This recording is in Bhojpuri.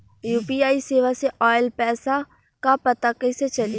यू.पी.आई सेवा से ऑयल पैसा क पता कइसे चली?